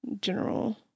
General